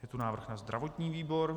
Je tu návrh na zdravotní výbor.